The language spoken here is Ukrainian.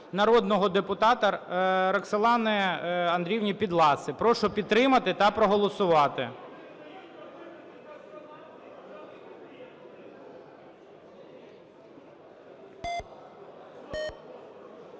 народного депутата Роксолани Андріївни Підласої. Прошу підтримати та проголосувати.